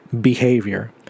behavior